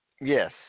Yes